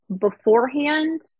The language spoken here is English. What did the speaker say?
beforehand